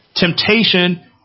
Temptation